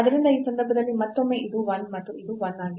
ಆದ್ದರಿಂದ ಈ ಸಂದರ್ಭದಲ್ಲಿ ಮತ್ತೊಮ್ಮೆ ಇದು 1 ಮತ್ತು ಇದು 1 ಆಗಿದೆ